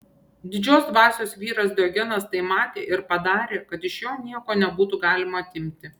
didžios dvasios vyras diogenas tai matė ir padarė kad iš jo nieko nebūtų galima atimti